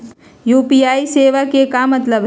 UPI सेवा के का मतलब है?